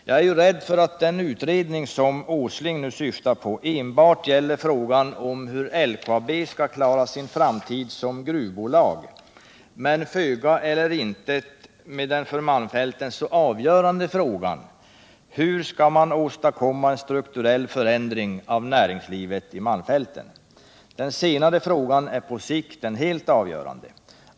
Jag är rädd för att den utredning som Nils Åsling nu syftar på enbart gäller frågan om hur LKAB skall klara sin framtid som gruvbolag och föga eller intet den för malmfälten så avgörande frågan om hur man skall åstadkomma en strukturell förändring av näringslivet i malmfälten. Den senare frågan är på sikt den avgörande.